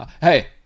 Hey